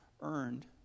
earned